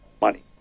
money